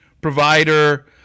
provider